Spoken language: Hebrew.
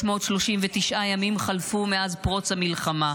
339 ימים חלפו מאז פרוץ המלחמה.